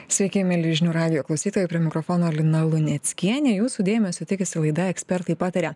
sveiki mieli žinių radijo klausytojai prie mikrofono lina luneckienė jūsų dėmesio tikisi laida ekspertai pataria